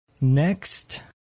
Next